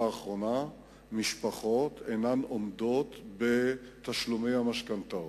האחרונה אינן עומדות בתשלומי המשכנתאות,